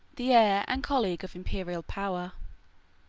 the heir and colleague of imperial power.